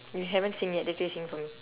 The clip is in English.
you haven't sing yet later you sing for me